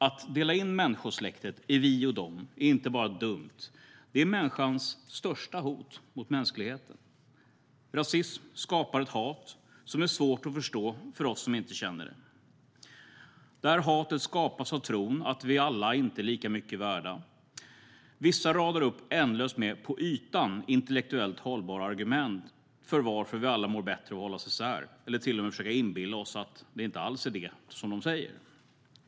Att dela in människosläktet i vi och de är inte bara dumt; det är människans största hot mot mänskligheten. Rasism skapar ett hat som är svårt att förstå för oss som inte känner det. Detta hat skapas av tron att vi alla inte är lika mycket värda. Vissa radar upp ändlöst med på ytan intellektuellt hållbara argument för varför vi alla mår bättre av att hållas isär, eller försöker till och med inbilla oss att det inte alls är det som de säger.